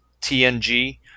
TNG